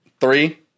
Three